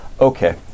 Okay